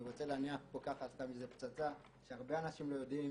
אני רוצה להניח פה ככה סתם איזה פצצה שהרבה אנשים לא יודעים